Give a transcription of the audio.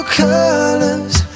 colors